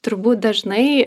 turbūt dažnai